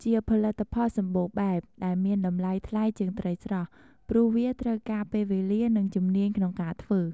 ជាផលិតផលសម្បូរបែប ដែលមានតម្លៃថ្លៃជាងត្រីស្រស់ ព្រោះវាត្រូវការពេលវេលា និងជំនាញក្នុងការធ្វើ។